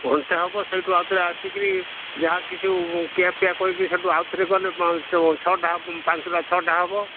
ଘଣ୍ଟେ ହେବ ସେଇଠୁ ଆଉଥରେ ଆସିକିରି ଯାହା କିଛି ଖିଆ ପିଆ କରିକିରି ସେଇଠୁ ଆଉଥରେ ଗଲେ ଯେଉଁ ଛଅଟା ପାଞ୍ଚଟା ଛଅଟା ହେବ